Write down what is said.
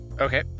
okay